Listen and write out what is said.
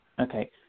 Okay